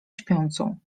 śpiącą